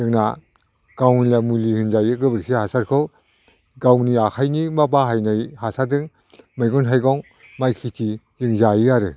जोंना गावलिया मुलि होनजायो गोबोरखि हासारखौ गावनि आखाइनि ना मा बाहायनाय हासारदों मैगं थाइगं माइ खिथि जों जायो आरो